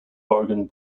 oregon